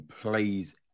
plays